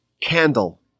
Candle